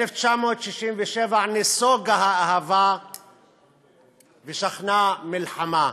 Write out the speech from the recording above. ב-1967 נסוגה האהבה ושכנה המלחמה.